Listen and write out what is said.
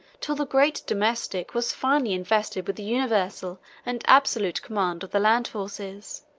till the great domestic was finally invested with the universal and absolute command of the land forces.